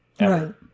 Right